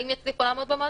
האם יצליחו לעמוד במועדים,